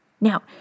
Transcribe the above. Now